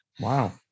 Wow